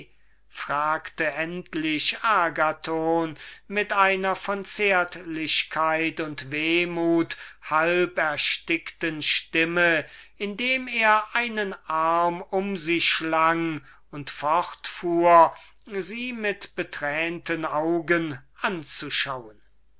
fragte endlich agathon mit einer von zärtlichkeit und wehmut halberstickten stimme indem er einen arm um sie schlang und fortfuhr sie mit wäßrichten augen anzusehen